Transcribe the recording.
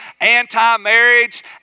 anti-marriage